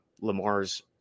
Lamar's